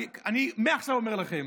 מעכשיו אני אומר לכם,